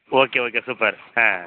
okay okay super ah